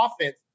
offense